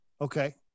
Okay